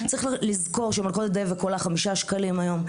צריך לזכור שמלכודת דבק עולה חמישה שקלים היום.